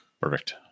Perfect